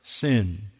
sin